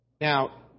Now